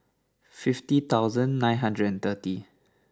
fifty thousand nine hundred and thirty